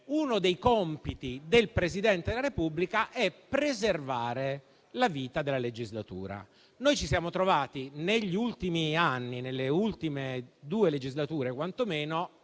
uno dei compiti del Presidente della Repubblica è preservare la vita della legislatura. Noi ci siamo trovati negli ultimi anni, quantomeno nelle ultime due legislature, ma forse